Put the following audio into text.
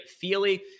Feely